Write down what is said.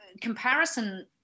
comparison